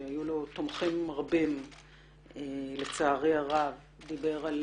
שהיו לו תומכים רבים לצערי הרב, דיבר על